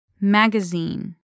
Magazine